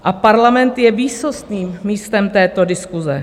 A parlament je výsostným místem této diskuse.